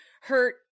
hurt